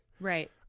Right